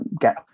get